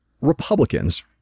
Republicans